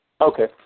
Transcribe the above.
Okay